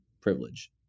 privilege